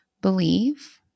believe